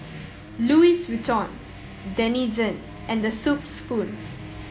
Louis Vuitton Denizen and The Soup Spoon